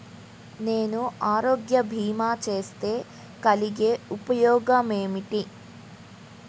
నేను ఆరోగ్య భీమా చేస్తే కలిగే ఉపయోగమేమిటీ?